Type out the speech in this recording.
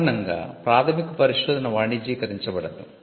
సాధారణంగా ప్రాథమిక పరిశోధన వాణిజ్యీకరించబడదు